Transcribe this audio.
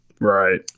right